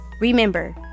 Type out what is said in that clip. Remember